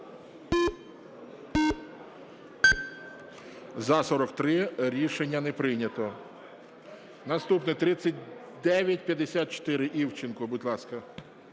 За-43 Рішення не прийнято. Наступна 3954, Івченко. Будь ласка.